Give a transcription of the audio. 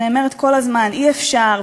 שנאמרת כל הזמן: אי-אפשר,